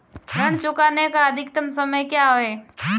ऋण चुकाने का अधिकतम समय क्या है?